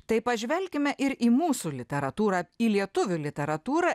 tai pažvelkime ir į mūsų literatūrą į lietuvių literatūrą